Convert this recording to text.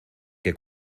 que